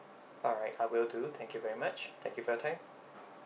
alright I will do thank you very much thank you for your time